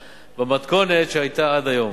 במתכונת שהיתה עד היום.